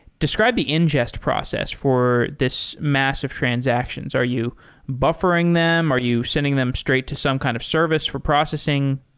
describe the ingest process for this massive transactions. are you buffering them? are you sending them straight to some kind of service for processing?